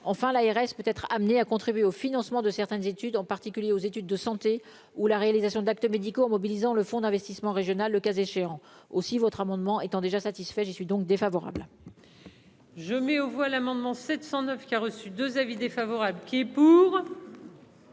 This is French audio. enfin l'ARS peut être amené à contribuer au financement de certaines études en particulier aux études de santé ou la réalisation d'actes médicaux en mobilisant le fonds d'investissement régional, le cas échéant aussi votre amendement étant déjà satisfait, j'y suis donc défavorable. Je mets aux voix l'amendement 709 qui a reçu 2 avis défavorables. Qui s'abstient,